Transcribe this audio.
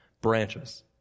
branches